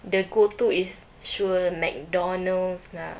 the go-to is sure McDonald's lah